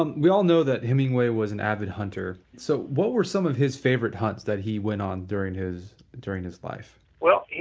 um we all know that hemingway was an avid hunter. so what were some of his favorite hunts that he went on during his during his life? well,